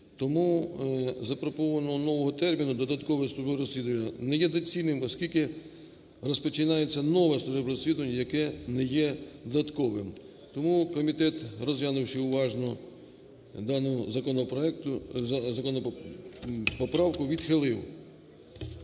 Тому запропонування нового терміну "додаткове службове розслідування" не є доцільним, оскілки розпочинається нове службове розслідування, яке не є додатковим. Тому комітет, розглянувши уважно дану законопроекту... поправку, відхилив.